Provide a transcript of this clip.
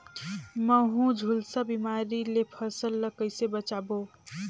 महू, झुलसा बिमारी ले फसल ल कइसे बचाबो?